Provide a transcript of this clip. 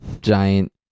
giant